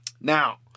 Now